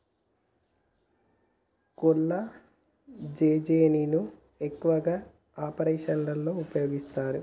కొల్లాజెజేని ను ఎక్కువగా ఏ ఆపరేషన్లలో ఉపయోగిస్తారు?